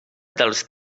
dels